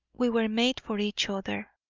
we were made for each other.